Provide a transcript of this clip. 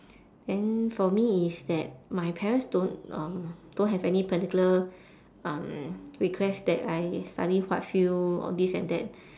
then for me it's that my parents don't um don't have any particular um request that I study what field all this and that